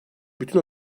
bütün